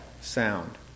sound